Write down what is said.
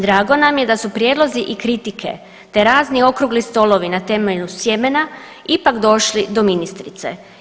Drago nam je da su prijedlozi i kritike, te razni okrugli stolovi na temelju sjemena ipak došli do ministrice.